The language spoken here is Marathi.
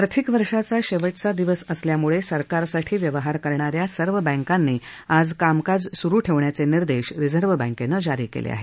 आर्थिक वर्षांचा शेवटचा दिवस असल्यामुळे सरकारसाठी व्यवहार करणाऱ्या सर्व बँकानी आज कामकाज सुरु ठेवण्याचे निर्देश रिझर्व बँकेनं जारी केले आहेत